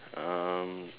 um